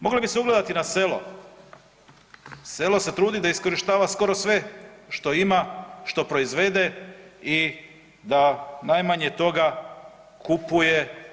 Mogli bi se ugledati na selo, selo se trudi da iskorištava skoro sve što ima, što proizvede i da najmanje toga kupuje.